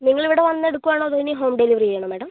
നിങ്ങൾ ഇവിടെ വന്ന് എടുക്കുകയാണോ അതോ ഇനി ഹോം ഡെലിവറി ചെയ്യണോ മേഡം